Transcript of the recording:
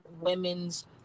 women's